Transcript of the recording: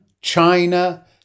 China